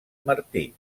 martí